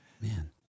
Man